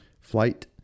flight